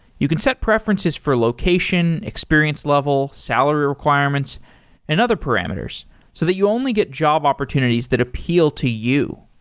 you can set preferences for location, experience level, salary requirements and other parameters so that you only get job opportunities that appeal to you.